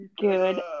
Good